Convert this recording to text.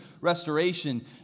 restoration